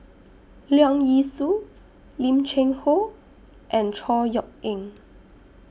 Leong Yee Soo Lim Cheng Hoe and Chor Yeok Eng